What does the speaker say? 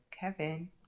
Kevin